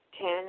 Ten